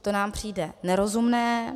To nám přijde nerozumné.